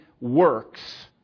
works